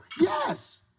Yes